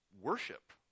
worship